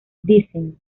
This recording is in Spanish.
dicen